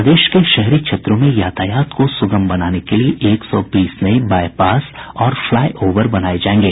प्रदेश के शहरी क्षेत्रों में यातायात को सुगम बनाने के लिए एक सौ बीस नये बाईपास और फ्लाई ओवर बनाये जायेंगे